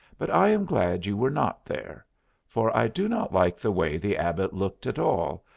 but i am glad you were not there for i do not like the way the abbot looked at all,